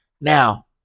Now